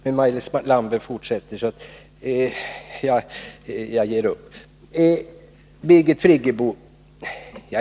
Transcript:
Men Maj-Lis Landberg framhärdar i sin uppfattning. — Jag ger upp! Sedan till Birgit Friggebo.